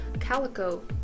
Calico